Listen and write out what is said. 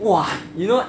!wah! you know